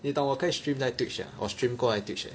你懂我可以 stream 在 Twitch lah 我 stream 过在 Twitch